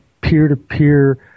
peer-to-peer